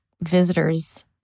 visitors